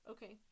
Okay